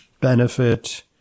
benefit